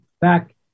back